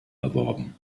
erworben